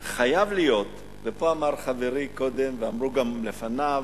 חייבים להיות, ופה אמר חברי קודם ואמרו גם לפניו: